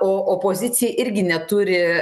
o opozicija irgi neturi